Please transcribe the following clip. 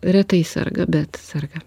retai serga bet serga